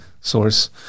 source